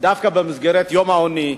דווקא במסגרת יום העוני,